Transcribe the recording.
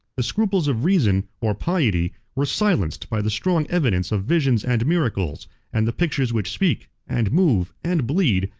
the scruples of reason, or piety, were silenced by the strong evidence of visions and miracles and the pictures which speak, and move, and bleed,